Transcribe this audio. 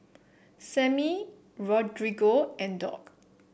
Sammy Rodrigo and Dock